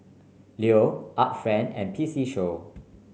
Leo Art Friend and P C Show